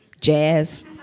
jazz